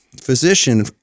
physician